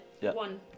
one